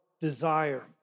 desire